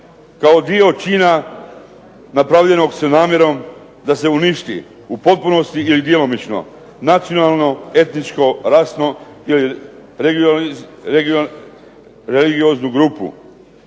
kao dio čina napravljenog sa namjerom da se uništi u potpunosti ili djelomično, nacionalno, etničko, rasno ili regioznu grupu,